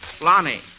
Lonnie